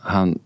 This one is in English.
Han